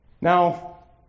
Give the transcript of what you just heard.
Now